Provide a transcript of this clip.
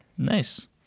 Nice